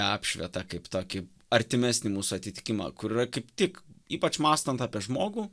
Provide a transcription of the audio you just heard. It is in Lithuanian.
apšvietą kaip tokį artimesnį mūsų atitikimą kur yra kaip tik ypač mąstant apie žmogų